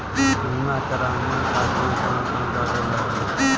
बीमा कराने खातिर कौन कौन कागज लागी?